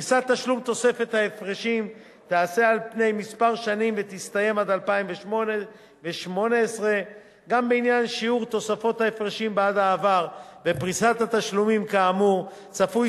פריסת תשלום תוספת ההפרשים תיעשה על פני כמה שנים ותסתיים עד 2018. גם בעניין שיעור תוספת ההפרשים בעד העבר ופריסת התשלומים כאמור צפוי